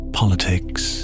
politics